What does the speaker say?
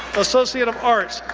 associate of arts,